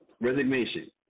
resignation